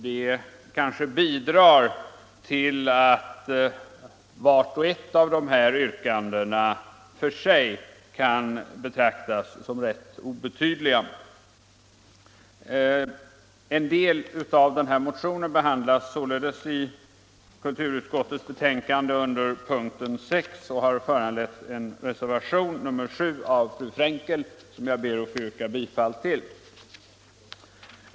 Det kanske bidrar till att vart och ett av dessa yrkanden för sig kan betraktas som rätt obetydligt. En del av motionen behandlas således i kulturutskottets betänkande under punkten 6 och har föranlett reservationen 7 av fru Frenkel, som jag ber att få yrka bifall till.